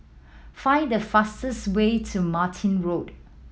find the fastest way to Martin Road